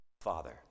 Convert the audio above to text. Father